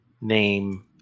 name